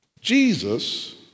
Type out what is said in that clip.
Jesus